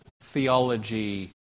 theology